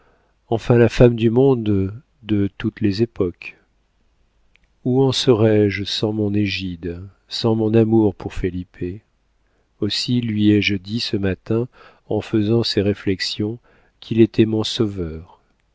enfin la femme du monde de toutes les époques où en serais-je sans mon égide sans mon amour pour felipe aussi lui ai-je dit ce matin en faisant ces réflexions qu'il était mon sauveur